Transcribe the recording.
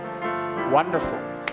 wonderful